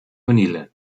vanille